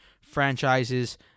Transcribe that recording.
franchises